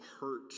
hurt